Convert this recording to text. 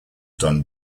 done